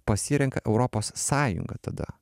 pasirenka europos sąjungą tada